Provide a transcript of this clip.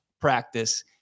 practice